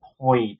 point